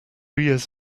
years